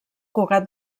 cugat